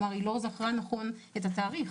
כלומר היא לא זכרה נכון את התאריך.